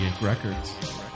Records